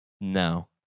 No